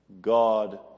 God